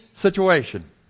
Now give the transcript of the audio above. situation